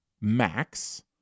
Max